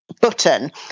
button